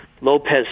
Lopez